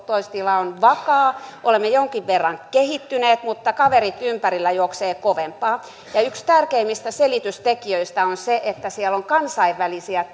on vakaa olemme jonkin verran kehittyneet mutta kaverit ympärillä juoksevat kovempaa ja yksi tärkeimmistä selitystekijöistä on se että siellä on kansainvälisiä